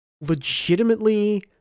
legitimately